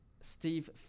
Steve